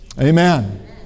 Amen